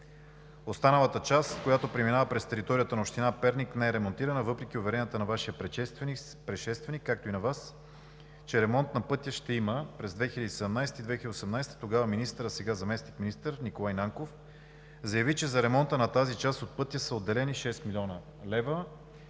Останалата част, която преминава през територията на община Перник, не е ремонтирана, въпреки уверенията на Вашия предшественик, както и на Вас, че ремонт на пътя ще има. През 2017 г. и 2018 г., тогава министърът, а сега заместник-министър Николай Нанков заяви, че за ремонта на тази част от пътя са отделени 6 млн. лв.